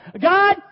God